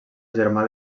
germà